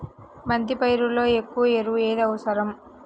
బంతి పైరులో ఎక్కువ ఎరువు ఏది అవసరం?